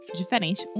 diferente